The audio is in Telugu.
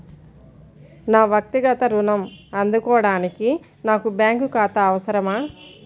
నా వక్తిగత ఋణం అందుకోడానికి నాకు బ్యాంక్ ఖాతా అవసరమా?